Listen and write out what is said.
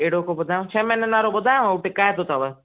अहिड़ो को ॿुधायाव छहें महीननि वारो ॿुधायाव हू किफ़ाइत अथव